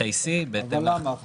בשטחי C --- אבל למה?